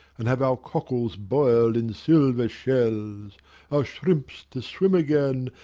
and have our cockles boil'd in silver shells our shrimps to swim again,